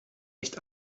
nicht